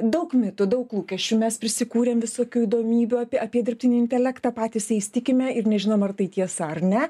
daug mitų daug lūkesčių mes prisikūrėme visokių įdomybių apie apie dirbtinį intelektą patys jais tikime ir nežinome ar tai tiesa ar ne